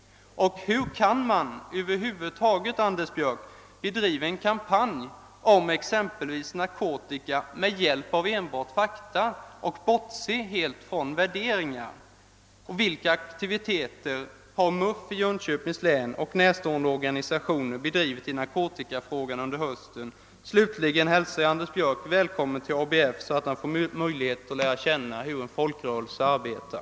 Hur kan man, herr Björck, över huvud taget bedriva en kampanj i exempelvis narkotikafrågan med hjälp av enbart fakta och helt bortse från värderingar? Slutligen hälsar jag Anders Björck välkommen till ABF, så att han får möjligheter att lära känna hur en folkrörelse arbetar.